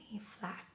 flat